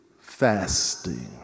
fasting